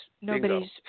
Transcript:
nobody's